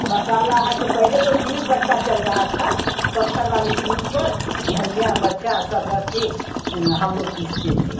मसाला है तो पहले तो सिल बत्ता चल रहा था पत्थर वाली सिल पर धनिया मिर्च सब रखकर हम लोग पीसते थे